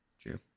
true